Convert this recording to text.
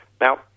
Now